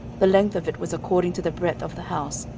the length of it was according to the breadth of the house,